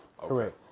Correct